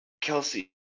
kelsey